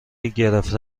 گرفته